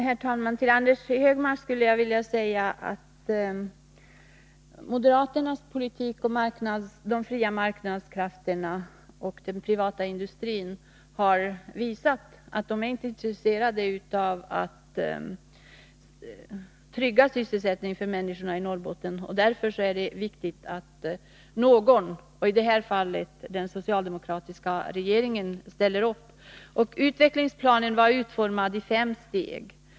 Herr talman! Till Anders Högmark skulle jag vilja säga att moderaternas politik om de fria marknadskrafterna och den privata industrin har visat att moderaterna inte är intresserade av att trygga sysselsättningen för människorna i Norrbotten. Därför är det viktigt att någon, och i detta fall den socialdemokratiska regeringen, ställer upp. Utvecklingsplanen var utformad i fem steg.